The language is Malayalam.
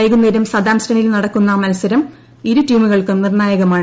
വൈകുന്നേരം സതാംപ്റ്റണിൽ നൂട്ടക്കുന്ന് മത്സരം ഇരു ടീമുകൾക്കും നിർണായകമാണ്